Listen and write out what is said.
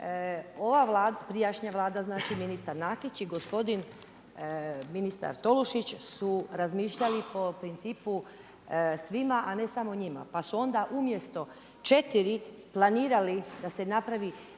ova prijašnja Vlada znači ministar Nakić i gospodin ministar Tolušić su razmišljali po principu svima, a ne samo njima, pa su onda umjesto 4 planirali da se napravi